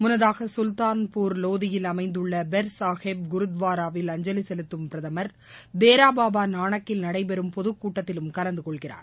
முன்னதாகசுல்தான்பூர் லோதியில் அமைந்துள்ளபெர் சாஹிப் குருத்துவாராவில் அஞ்சலிசெலுத்தும் பிரதமர் தேராபாபாநானக்கில் நடைபெறும் பொதுக் கூட்டத்திலும் கலந்துகொள்கிறார்